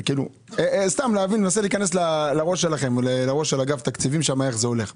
מנסה להיכנס לראש של אגף תקציבים, איך זה הולך.